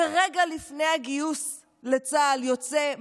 ורגע לפני הגיוס לצה"ל יוצא,